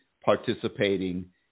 participating